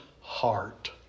heart